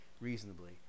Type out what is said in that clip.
reasonably